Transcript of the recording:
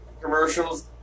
commercials